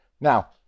Now